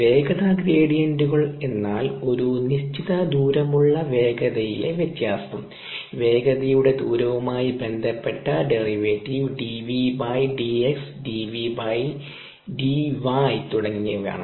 വേഗത ഗ്രേഡിയന്റുകൾ എന്നാൽ ഒരു നിശ്ചിത ദൂരമുള്ള വേഗതയിലെ വ്യത്യാസം വേഗതയുടെ ദൂരവുമായി ബന്ധപ്പെട്ട derivative dv dx dv dy തുടങ്ങിയവയാണ്